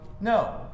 No